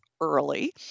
early